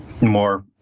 more